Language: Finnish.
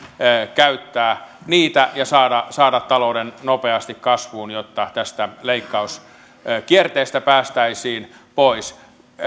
käyttää niitä ja saada saada talouden nopeasti kasvuun jotta tästä leikkauskierteestä päästäisiin pois